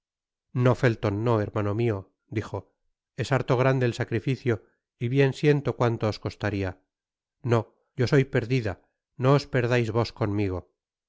no felton no hermano mio dijo es harto grande el sacrificio y bien siento cuanto os costaria no yo soy perdida no os perdais vos conmigo